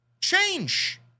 Change